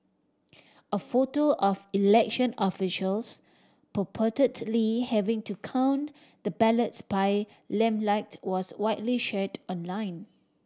a photo of election officials purportedly having to count the ballots by lamplight was widely shared online